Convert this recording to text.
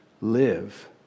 live